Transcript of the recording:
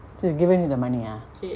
she's given you the money ah